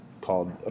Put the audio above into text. called